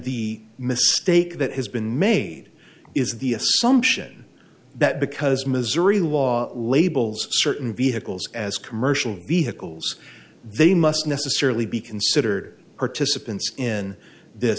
the mistake that has been made is the assumption that because missouri law labels certain vehicles as commercial vehicles they must necessarily be considered participants in this